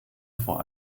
vor